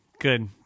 Good